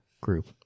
group